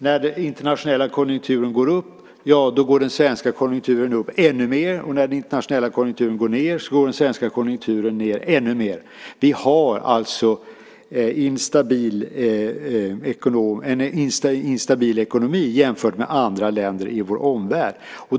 När den internationella konjunkturen går upp, går den svenska konjunkturen upp ännu mer, och när den internationella konjunkturen går ned, går den svenska konjunkturen ned ännu mer. Vi har alltså en instabil ekonomi jämfört med andra länder i vår omvärld.